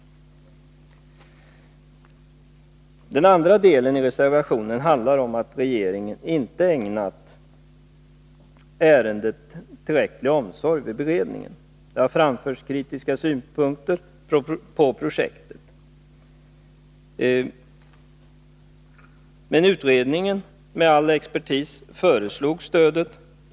Den andra delen i reservationen handlar om att regeringen inte ägnat ärendet tillräcklig omsorg vid beredningen. Det har framförts kritiska synpunkter på projektet. Men utredningen med all dess expertis föreslog stödet.